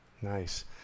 Nice